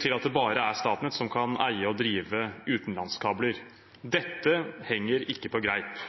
til at det bare er Statnett som kan eie og drive utenlandskabler. Dette henger ikke på greip.